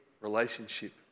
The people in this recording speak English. relationship